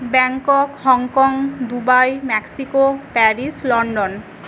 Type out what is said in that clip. Bangkok Hong Kong Dubai Mexico Paris London